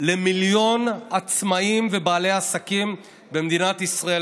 למיליון עצמאים ובעלי עסקים במדינת ישראל,